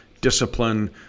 discipline